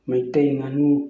ꯃꯩꯇꯩ ꯉꯥꯅꯨ